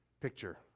picture